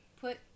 put